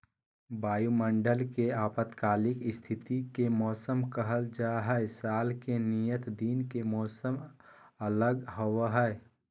वायुमंडल के अल्पकालिक स्थिति के मौसम कहल जा हई, साल के नियत दिन के मौसम अलग होव हई